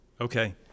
okay